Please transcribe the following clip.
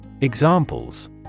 Examples